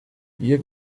hier